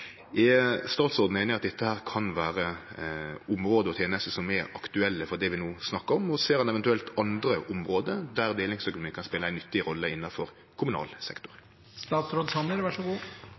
Er statsråden einig i at dette kan vere område og tenester som er aktuelle for det vi no snakkar om? Og ser han eventuelt andre område der delingsøkonomien kan spele ei nyttig rolle innanfor kommunal